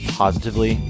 positively